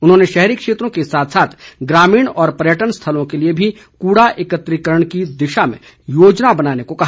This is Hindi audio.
उन्होंने शहरी क्षेत्रों के साथ साथ ग्रामीण और पर्यटन स्थलों के लिए भी कूड़ा एकत्रिकरण की दिशा में योजना बनाने को कहा